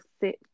sit